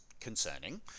concerning